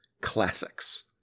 classics